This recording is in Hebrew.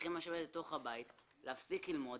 צריכים לשבת בבית, להפסיק ללמוד,